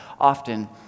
often